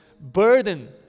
burden